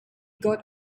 got